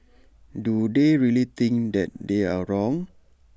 do they really think that they are wrong